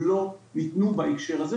לא ניתנו בהקשר הזה,